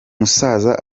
musaza